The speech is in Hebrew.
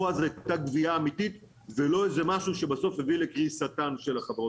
או-אז הייתה גבייה אמיתית ולא איזה משהו שבסוף הביא לקריסתן של החברות.